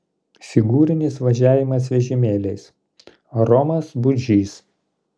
figūrinis važiavimas vežimėliais romas budžys